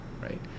right